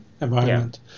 environment